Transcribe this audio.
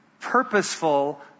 purposeful